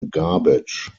garbage